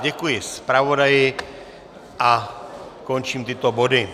Děkuji zpravodaji a končím tyto body.